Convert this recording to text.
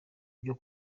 byo